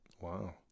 Wow